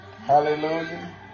hallelujah